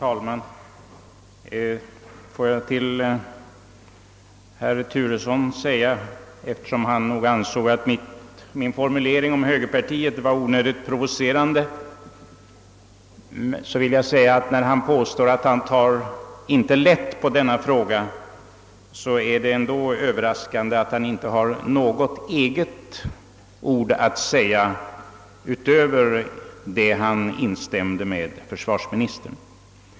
Herr talman! Låt mig säga några ord till herr Turesson som tydligen ansåg att mitt uttalande om högerpartiet var onödigt provocerande. Herr Turesson påstod att han inte tar lätt på denna fråga, men det är då överraskande att han inte hade något att säga själv utöver sitt instämmande i försvarsministerns anförande.